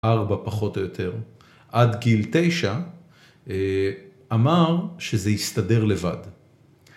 ארבע פחות או יותר עד גיל תשע אמר שזה יסתדר לבד.